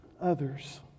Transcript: others